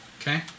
Okay